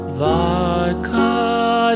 vodka